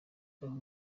banki